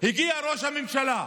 הגיע ראש הממשלה,